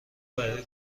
برای